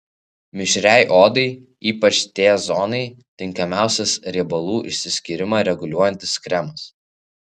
mišriai odai ypač t zonai tinkamiausias riebalų išsiskyrimą reguliuojantis kremas